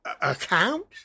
account